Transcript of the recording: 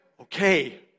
Okay